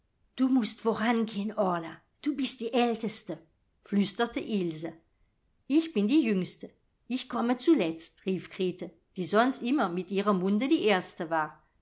du mußt vorangehen orla du bist die älteste flüsterte ilse ich bin die jüngste ich komme zuletzt rief grete die sonst immer mit ihrem munde die erste war